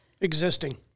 Existing